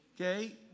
okay